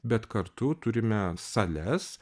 bet kartu turime sales